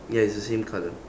ya it's the same colour